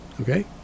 Okay